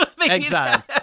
exile